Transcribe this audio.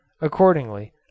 Accordingly